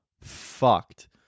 fucked